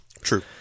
True